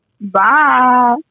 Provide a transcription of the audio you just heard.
Bye